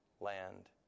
...land